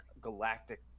galactic